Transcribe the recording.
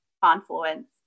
confluence